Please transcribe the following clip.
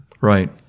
Right